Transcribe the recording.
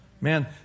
Man